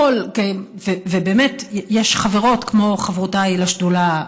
ובאמת יש חברות, כמו חברותיי לשדולה,